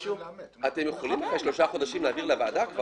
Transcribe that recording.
אתם יכולים אחרי שלושה חודשים להעביר לוועדה.